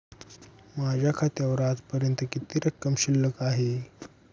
माझ्या खात्यावर आजपर्यंत किती रक्कम शिल्लक आहे?